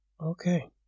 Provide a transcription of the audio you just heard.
okay